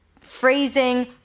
phrasing